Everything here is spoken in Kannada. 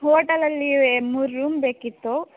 ಹೋಟಲಲ್ಲಿ ವೇ ಮೂರು ರೂಮ್ ಬೇಕಿತ್ತು